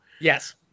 Yes